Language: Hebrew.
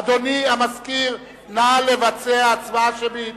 אדוני המזכיר, נא לבצע הצבעה שמית.